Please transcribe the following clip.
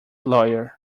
lawyer